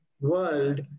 world